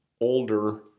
older